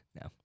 No